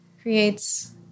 creates